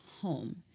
home